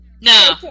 No